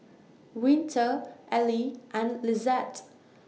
Winter Ally and Lizette